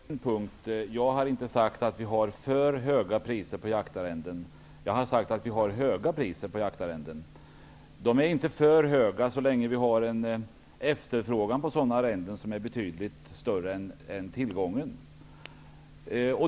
Herr talman! Jag vill rätta Inge Carlsson på en punkt. Jag har inte sagt att vi har för höga priser på jaktarrenden. Jag har sagt att vi har höga priser på jaktarrenden. De är inte för höga så länge efterfrågan på sådana arrenden är betydligt större än tillgången.